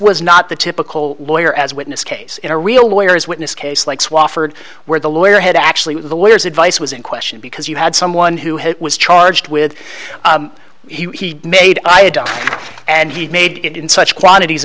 was not the typical lawyer as witness case in a real lawyers witness case like swofford where the lawyer had actually the lawyers advice was in question because you had someone who had was charged with he made and he made it in such quantities